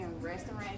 restaurant